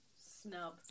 snub